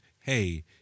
Hey